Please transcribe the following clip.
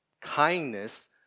Kindness